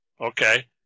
Okay